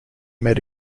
met